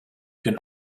can